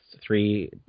three